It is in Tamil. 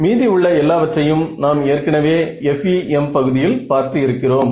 மீதி உள்ள எல்லாவற்றையும் நாம் ஏற்கனவே FEM பகுதியில் பார்த்து இருக்கிறோம்